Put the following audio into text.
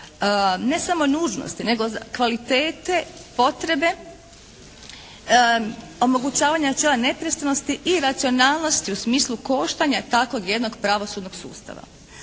ne samo nužnosti nego kvalitete potrebe omogućavanja načela nepristranosti i racionalnosti u smislu koštanja takvog jednog pravosudnog sustava.